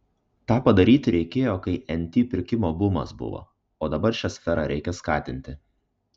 tą padaryti reikėjo kai nt pirkimo bumas buvo o dabar šią sferą reikia skatinti